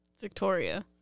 Victoria